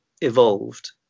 evolved